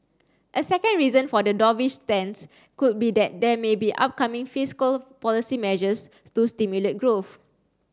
a second reason for the dovish stance could be that there may be upcoming fiscal policy measures to stimulate growth